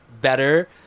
better